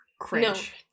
cringe